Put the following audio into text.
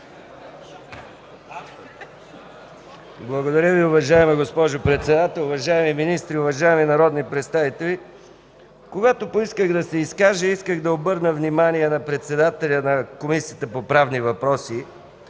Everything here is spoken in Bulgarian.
Благодаря Ви, уважаема госпожо Председател. Уважаеми Министри, уважаеми народни представители! Когато поисках да се изкажа, исках да обърна внимание на председателя на Комисията по правни въпроси,